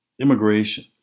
Immigration